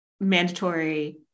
mandatory